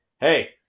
Hey